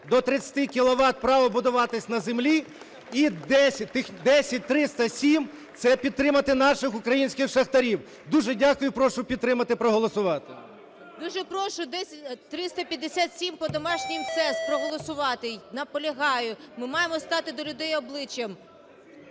до 30 кіловат право будуватись на землі, і 10307 – це підтримати наших українських шахтарів. Дуже дякую і прошу підтримати, проголосувати. ВОЙЦІЦЬКА В.М. Дуже прошу 10357 по домашнім СЕС проголосувати. Наполягаю. Ми маємо стати до людей обличчям.